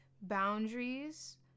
boundaries